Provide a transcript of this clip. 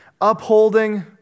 Upholding